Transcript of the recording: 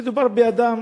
מדובר באדם